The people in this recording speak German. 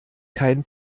kein